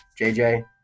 JJ